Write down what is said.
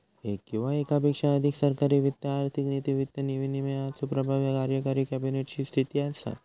येक किंवा येकापेक्षा अधिक सरकारी वित्त आर्थिक नीती, वित्त विनियमाचे प्रभारी कार्यकारी कॅबिनेट ची स्थिती असा